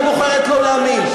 את בוחרת לא להאמין.